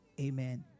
Amen